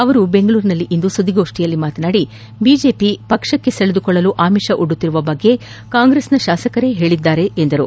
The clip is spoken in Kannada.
ಅವರು ಬೆಂಗಳೂರಿನಲ್ಲಿಂದು ಸುದ್ದಿಗೋಷ್ಠಿಯಲ್ಲಿ ಮಾತನಾಡಿ ಬಿಜೆಪಿ ಪಕ್ಷಕ್ಕೆ ಸೆಳೆದುಕೊಳ್ಳಲು ಆಮಿಷ ಒಡ್ಡುತ್ತಿರುವ ಬಗ್ಗೆ ಕಾಂಗ್ರೆಸ್ನ ಶಾಸಕರೇ ಹೇಳಿದ್ದಾರೆ ಎಂದರು